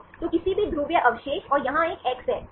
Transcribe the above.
तो किसी भी ध्रुवीय अवशेष और यहां एक एक्स है